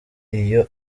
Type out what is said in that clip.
iyo